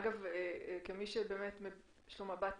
אגב, כמי שיש לו מבט